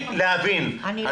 אני לומדת.